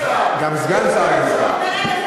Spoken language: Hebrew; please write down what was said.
גם סגן שר לא נמצא.